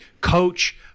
coach